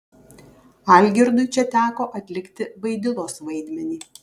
algirdui čia teko atlikti vaidilos vaidmenį